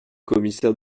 commissaire